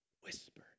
whisper